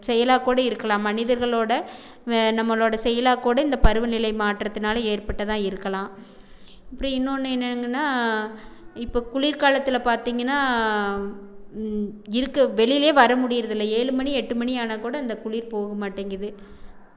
செயலாக கூட இருக்கலாம் மனிதர்களோட நம்மளோட செயலாக கூட இந்த பருவநிலை மாற்றத்தினால ஏற்பட்டதாக இருக்கலாம் அப்றம் இன்னொன்று என்னங்கன்னா இப்போ குளிர் காலத்தில் பாத்திங்கன்னா இருக்க வெளியில் வரமுடியுறது இல்லை ஏழு மணி எட்டு மணி ஆனால் கூட அந்த குளிர் போகமாட்டேங்குது